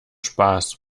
spaß